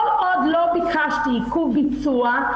כל עוד לא ביקשתי עיכוב ביצוע,